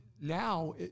now